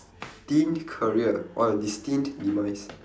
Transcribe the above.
~tined career or destined demise